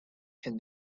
can